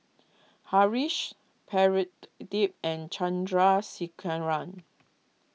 Haresh Pradip and Chandrasekaran